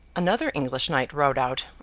another english knight rode out,